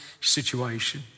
situation